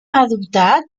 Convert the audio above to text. adoptat